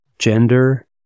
gender